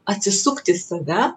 atsisukt į save